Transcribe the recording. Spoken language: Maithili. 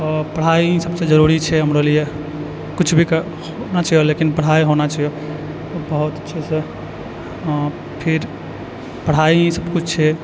पढ़ाइ सबसँ जरूरी छै हमरो लिए किछु भी करना छिऔ लेकिन पढ़ाइ होना छिऔ बहुत अच्छेसँ फिर पढ़ाइ सब किछु छै